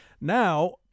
Now